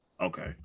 okay